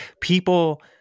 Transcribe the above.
people